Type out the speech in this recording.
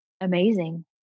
amazing